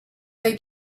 they